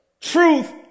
Truth